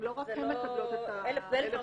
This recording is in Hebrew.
לא רק הן מקבלות את ה-1,700,